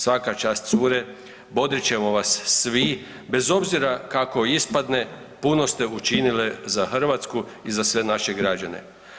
Svaka čast cure, bodrit ćemo vas svi bez obzira kako ispadne puno ste učinile za Hrvatsku i za sve naše građane.